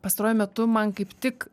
pastaruoju metu man kaip tik